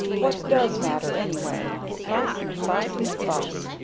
what does matter, anyway? fuss and fuss and fuss.